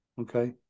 okay